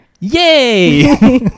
yay